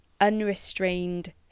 unrestrained